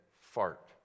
fart